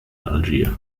algiers